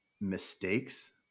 mistakes